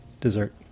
Dessert